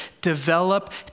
develop